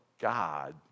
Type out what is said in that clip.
God